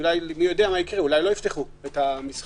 שמי יודע מה יקרה - אולי לא יפתחו את המסחר